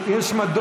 אתה יודע,